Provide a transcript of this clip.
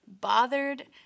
bothered